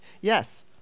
yes